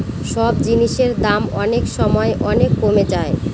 সব জিনিসের দাম অনেক সময় অনেক কমে যায়